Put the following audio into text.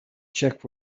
check